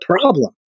problem